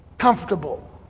comfortable